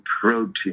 protein